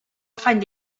afany